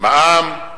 מע"מ.